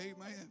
Amen